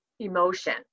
emotion